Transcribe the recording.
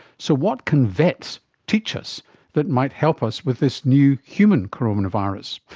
so what can vets teach us that might help us with this new human coronavirus?